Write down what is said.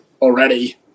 already